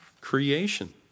creation